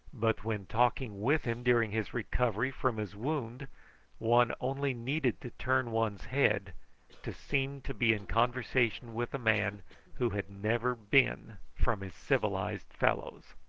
but when talking with him during his recovery from his wound one only needed to turn one's head to seem to be in conversation with a man who had never been from his civilised fellows.